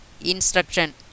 instruction